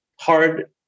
hard